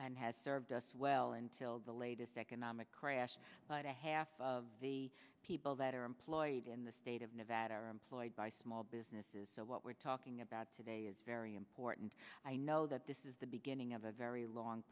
and has served us well until the latest economic crash but a half of the people that are employed in the state of nevada are employed by small businesses so what we're talking about today is very important i know that this is the beginning of a very long